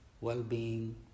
well-being